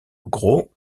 gros